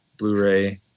blu-ray